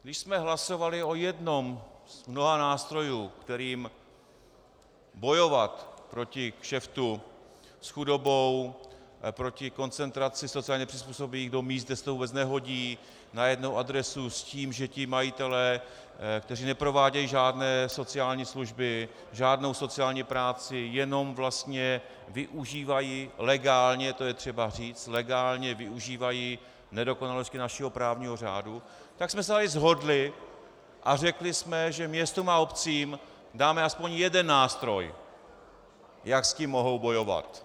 Když jsme hlasovali o jednom z mnoha nástrojů, kterým bojovat proti kšeftu s chudobou, proti koncentraci sociálně nepřizpůsobivých do míst, kde se to vůbec nehodí, na jednu adresu, s tím, že ti majitelé, kteří neprovádějí žádné sociální služby, žádnou sociální práci, jenom vlastně využívají legálně, to je třeba říct, legálně využívají nedokonalosti našeho právního řádu, tak jsme se tady shodli a řekli jsme, že městům a obcím dáme aspoň jeden nástroj, jak s tím mohou bojovat.